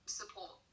support